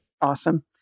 Awesome